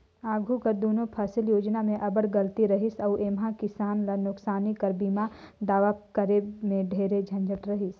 आघु कर दुनो फसिल योजना में अब्बड़ गलती रहिस अउ एम्हां किसान ल नोसकानी कर बीमा दावा करे में ढेरे झंझट रहिस